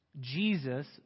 Jesus